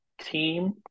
team